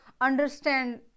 understand